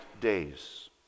days